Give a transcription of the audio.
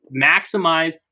maximize